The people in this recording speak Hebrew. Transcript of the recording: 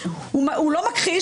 הוא לא מכחיש,